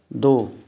दो